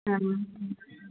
ꯑꯥ